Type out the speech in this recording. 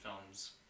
films